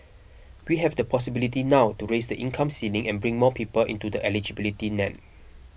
we have the possibility now to raise the income ceiling and bring more people into the eligibility net